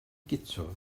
guto